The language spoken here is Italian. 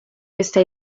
questa